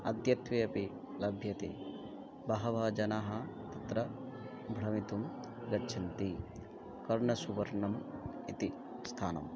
अद्यत्वे अपि लभ्यते बहवः जनाः तत्र भ्रमितुं गच्छन्ति कर्णसुवर्णम् इति स्थानम्